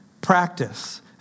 practice